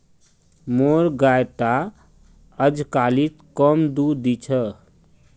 मोर गाय टा अजकालित कम दूध दी छ